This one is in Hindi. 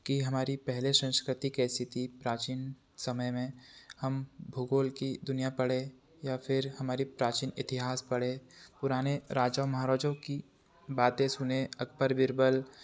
कि हमारी पहले संस्कृति कैसी थी प्राचीन समय में हम भूगोल की दुनिया पढ़ें या फिर हमारी प्राचीन इतिहास पढ़ें पुराने राजा महाराजों की बाते सुनें अकबर बीरबल